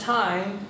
time